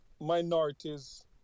minorities